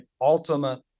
ultimate